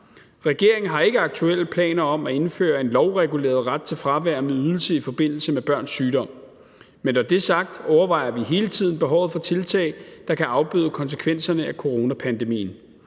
Regeringen har ikke aktuelle planer om at indføre en lovreguleret ret til fravær med ydelse i forbindelse med børns sygdom. Men når det er sagt, overvejer vi hele tiden behovet for tiltag, der kan afbøde konsekvenserne af coronapandemien.